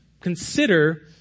consider